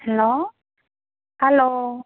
hello hello